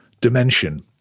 dimension